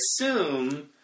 assume